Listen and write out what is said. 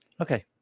Okay